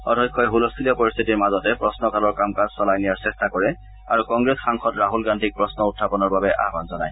অধ্যক্ষই ছলস্থূলীয়া পৰিস্থিতিৰ মাজতে প্ৰশ্ন কালৰ কাম কাজ চলাই নিয়াৰ চেষ্টা কৰে আৰু কংগ্ৰেছ সাংসদ ৰাহুল গান্ধীক প্ৰশ্ন উখাপনৰ বাবে আহবান জনায়